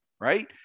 right